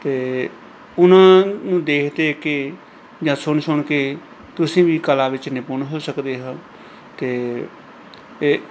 ਅਤੇ ਉਹਨਾਂ ਨੂੰ ਦੇਖ ਦੇਖ ਕੇ ਜਾਂ ਸੁਣ ਸੁਣ ਕੇ ਤੁਸੀਂ ਵੀ ਕਲਾ ਵਿੱਚ ਨਿਪੁੰਨ ਹੋ ਸਕਦੇ ਹਾਂ ਅਤੇ ਇਹ